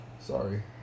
Sorry